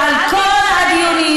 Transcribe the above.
ועל כל הדיונים,